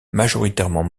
majoritairement